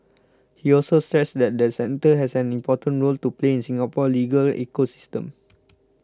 he also stressed that the centre has an important role to play in Singapore's legal ecosystem